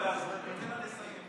בן פורת יוסף.